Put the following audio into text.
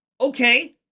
Okay